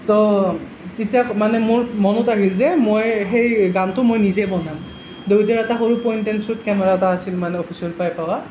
তো তেতিয়া মানে মোৰ মনত আহিল যে মই সেই গানটো মই নিজে বনাম দেউতাৰ এটা সৰু পইণ্টে এন শ্বুট কেমেৰা এটা আছিল মানে অফিচৰ পৰা পোৱা